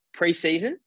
preseason